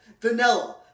vanilla